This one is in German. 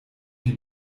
die